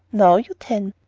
now you tan.